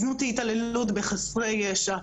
זנות היא התעללות בחסרי ישע,